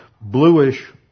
bluish